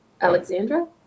Alexandra